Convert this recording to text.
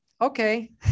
okay